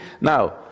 Now